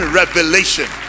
revelation